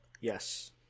Yes